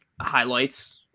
highlights